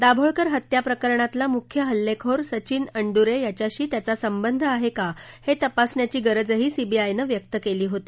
दाभोळकर हत्या प्रकरणातला मुख्य हल्लेखोर सचीन अणद्रे याच्याशी त्याचा संबंध आहे का हे तपासण्याची गरजही सीबीआयनं व्यक्त केली होती